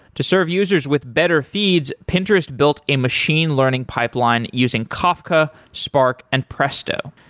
to serve users with better feeds, pinterest built a machine learning pipeline using kafka, spark and presto.